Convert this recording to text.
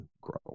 grow